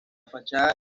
fachada